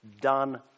Done